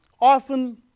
Often